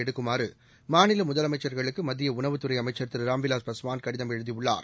எடுக்குமாறு மாநில முதலமைச்சர்களுக்கு மத்திய உணவுத்துறை அமைச்சர் திரு ராம்விலாஸ் பாஸ்வான் கடிதம் எழுதியுள்ளார்